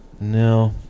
no